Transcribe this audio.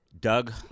Doug